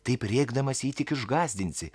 taip rėkdamas jį tik išgąsdinsi